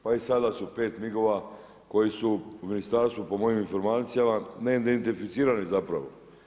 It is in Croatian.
Pa i sada su pet MIG-ova koji su u ministarstvu po mojim informacija neidentificirani zapravo.